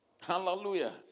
Hallelujah